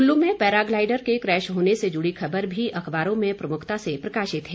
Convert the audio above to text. कुल्लू में पैराग्लाइडर के क्रैश होने से जुड़ी खबर भी अखबारों में प्रमुखता से प्रकाशित है